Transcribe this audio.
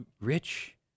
Rich